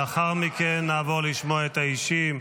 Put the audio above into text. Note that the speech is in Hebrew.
לאחר מכן נעבור לשמוע את האישים.